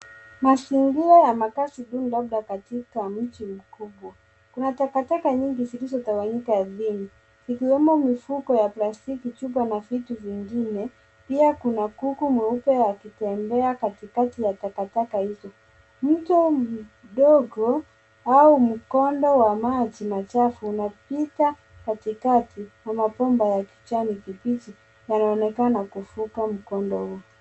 Mazingira ya makazi duni labda katika mji mkubwa. Kuna taka nyingi zilizotawanyika aridhini zikiwemo mifugo ya plastiki chuba na vitu vingine pia kuna kuku meupe yakitembea katikati ya takataka hizo. Mto mdogo au mkondo wa maji machafu inapita katikati ya mapomba ya kijani kibichi yanaonekana kuvuka mkondo huo.